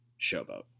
showboat